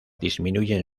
disminuyen